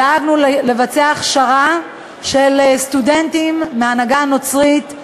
דאגנו לבצע הכשרה של סטודנטים מההנהגה הנוצרית,